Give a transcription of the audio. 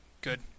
good